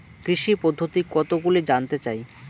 কৃষি পদ্ধতি কতগুলি জানতে চাই?